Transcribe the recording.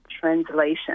translation